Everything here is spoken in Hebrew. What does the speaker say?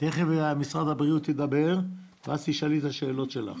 תכף משרד הבריאות ידבר ותוכלי לשאול אז את השאלות שלך.